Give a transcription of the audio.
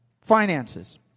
Finances